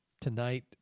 Tonight